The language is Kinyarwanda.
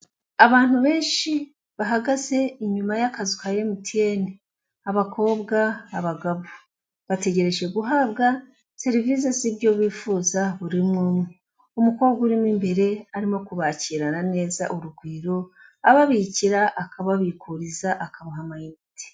Abantu benshi bahagaze inyuma y'akazu ka MTN, abakobwa, abagabo, bategereje guhabwa serivisi z'ibyo bifuza buri umwe umwe, umukobwa urimo imbere arimo kubakirana neza urugwiro, ababikira, akababikuriza, akabaha amayiniti.